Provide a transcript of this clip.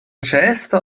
ĉeesto